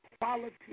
quality